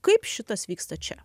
kaip šitas vyksta čia